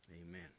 amen